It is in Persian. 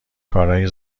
کارای